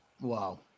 Wow